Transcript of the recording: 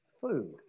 food